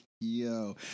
Yo